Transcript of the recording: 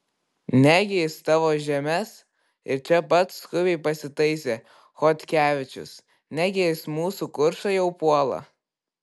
negi jis tavo žemes ir čia pat skubiai pasitaisė chodkevičius negi jis mūsų kuršą jau puola